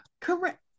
Correct